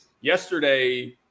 Yesterday